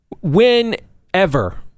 whenever